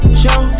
show